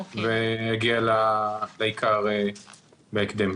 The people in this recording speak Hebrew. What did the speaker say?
ואגיע לעיקר בהקדם.